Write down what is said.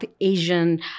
Asian